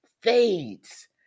fades